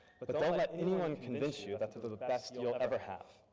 but but don't let anyone convince you that they're the the best you'll ever have.